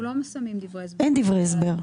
אנחנו לא שמים דברי הסבר.